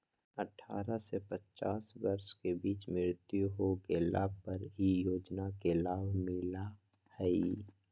अठारह से पचास वर्ष के बीच मृत्यु हो गेला पर इ योजना के लाभ मिला हइ